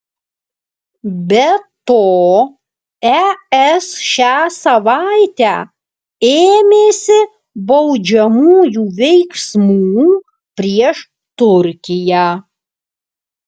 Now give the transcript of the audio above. be to es šią savaitę ėmėsi baudžiamųjų veiksmų prieš turkiją